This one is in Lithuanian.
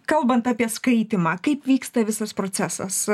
kalbant apie skaitymą kaip vyksta visas procesas